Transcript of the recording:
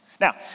Now